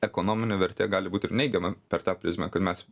ekonominė vertė gali būt ir neigiama per tą prizmę kad mes